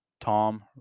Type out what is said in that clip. Tom